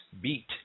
Beat